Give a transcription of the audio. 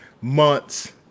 months